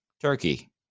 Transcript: Turkey